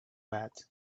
bad